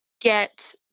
get